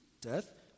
death